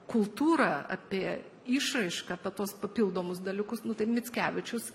kultūrą apie išraišką apie tuos papildomus dalykus nu tai mickevičius